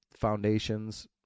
Foundations